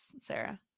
Sarah